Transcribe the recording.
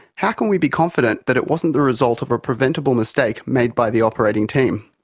how can we be confident that it wasn't the result of a preventable mistake made by the operating team?